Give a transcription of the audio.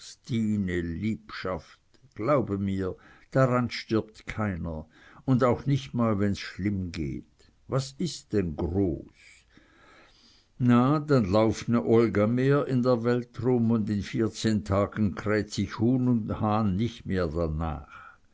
stine liebschaft glaube mir daran stirbt keiner un auch nich mal wenn's schlimm geht was is es denn groß na dann läuft ne olga mehr in der welt rum un in vierzehn tagen kräht nich huhn nich hahn mehr danach